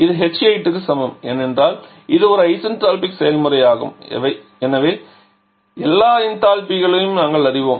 இது h8 க்கும் சமம் ஏனென்றால் இது ஒரு ஐசென்டால்பிக் செயல்முறையாகும் எனவே எல்லா என்தால்பிகளையும் நாங்கள் அறிவோம்